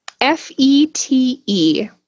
f-e-t-e